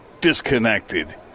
disconnected